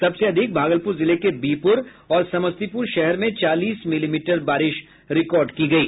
सबसे अधिक भागलपुर जिले के बिहपुर और समस्तीपुर शहर में चालीस मिलीमीटर बारिश रिकार्ड की गयी